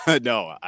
No